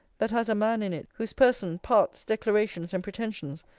that has a man in it, whose person, parts, declarations, and pretensions,